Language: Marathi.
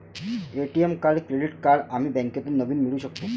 ए.टी.एम कार्ड क्रेडिट कार्ड आम्ही बँकेतून नवीन मिळवू शकतो